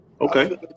Okay